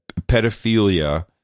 pedophilia